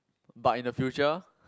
but in the future